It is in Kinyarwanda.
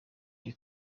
the